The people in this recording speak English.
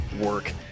work